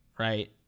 Right